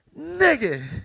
nigga